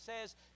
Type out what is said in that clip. says